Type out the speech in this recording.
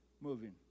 moving